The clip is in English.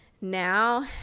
Now